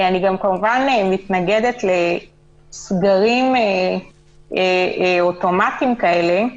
אני כמובן גם מתנגדת לסגרים אוטומטיים כאלה,